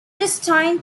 destined